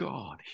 God